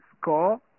score